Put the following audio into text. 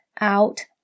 out